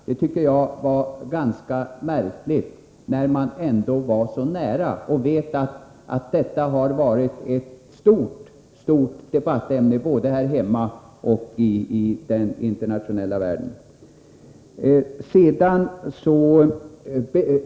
Det tycker jag var ganska märkligt när man ändå var så nära och vet att detta har varit ett stort debattämne både här hemma och internationellt.